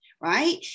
right